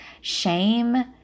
shame